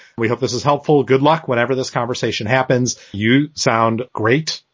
we hope this is helpful. good luck. whatever this conversation happens, you sound great.